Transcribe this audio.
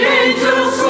angel's